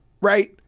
right